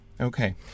okay